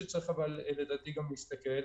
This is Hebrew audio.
שאני לגמרי מאמינה לה שהיא בכיוון לשם,